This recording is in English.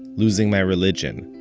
losing my religion,